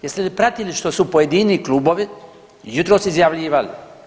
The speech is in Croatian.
Jeste li pratili što su pojedini klubovi jutros izjavljivali?